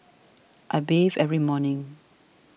I bathe every morning